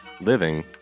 living